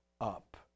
up